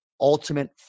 ultimate